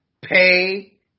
Pay